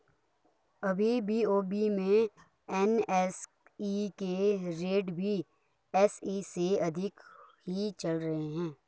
अभी बी.ओ.बी में एन.एस.ई के रेट बी.एस.ई से अधिक ही चल रहे हैं